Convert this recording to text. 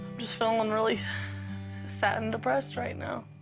just feeling really sad and depressed right now.